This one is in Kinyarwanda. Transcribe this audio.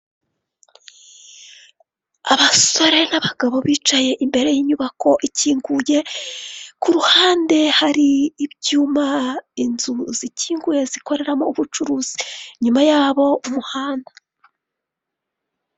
Abasore n'abagabo bicaye imbere y'inyubako ikinguye, ku ruhande hari ibyuma inzu zikinguye zikoreramo ubucuruzi, inyuma yabo umuhanda.